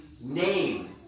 name